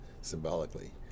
symbolically